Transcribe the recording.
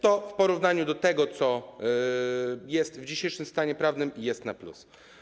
To w porównaniu z tym, co jest w dzisiejszym stanie prawnym, jest na plus.